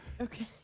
Okay